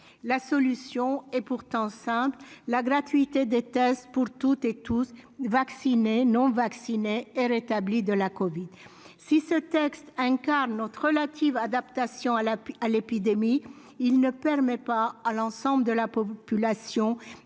La solution est pourtant simple : la gratuité des tests pour toutes et tous, vaccinés, non vaccinés et rétablis de la covid. Si ce texte incarne notre relative adaptation à l'épidémie, il ne permettra pas à l'ensemble de la population